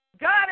God